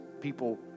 people